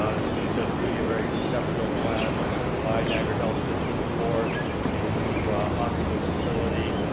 ah and this is just really a very conceptual plan by niagara health systems for a new hospital facility,